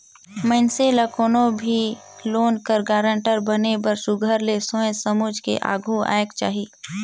मइनसे ल कोनो भी लोन कर गारंटर बने बर सुग्घर ले सोंएच समुझ के आघु आएक चाही